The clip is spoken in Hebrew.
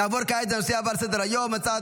נעבור כעת לנושא הבא על סדר-היום: הצעת